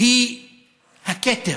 היא הכתר.